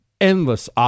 endless